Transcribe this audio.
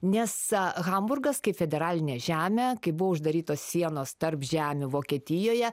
nes hamburgas kaip federalinė žemė kai buvo uždarytos sienos tarp žemių vokietijoje